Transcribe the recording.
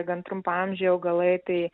gan trumpaamžiai augalai tai